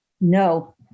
No